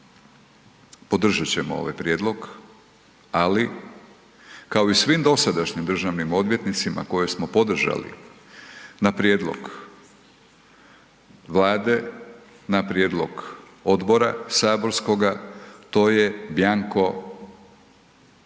podržat ćemo ovaj prijedlog, ali kao i svim dosadašnjim državnim odvjetnicima koje smo podržali na prijedlog Vlade, na prijedlog odbora saborskoga, to je bjanko potvrda.